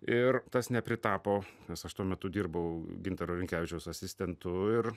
ir tas nepritapo nes aš tuo metu dirbau gintaro rinkevičiaus asistentu ir